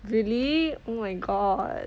really oh my god